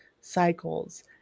cycles